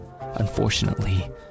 unfortunately